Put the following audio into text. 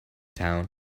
town